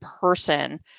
person